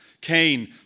Cain